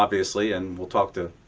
obviously. and we'll talk to